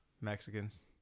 Mexicans